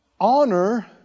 Honor